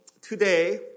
today